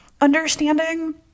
understanding